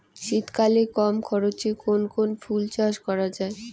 শীতকালে কম খরচে কোন কোন ফুল চাষ করা য়ায়?